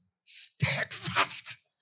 steadfast